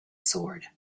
sword